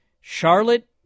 Charlotte